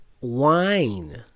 Wine